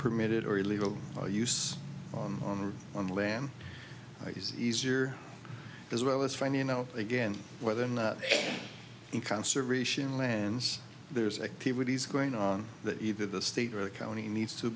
permitted or illegal use on on land use easier as well as finding out again whether or not in conservation lands there's activities going on that either the state or county needs to